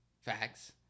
Facts